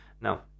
Now